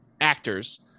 actors